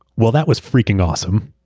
well, that was freaking awesome.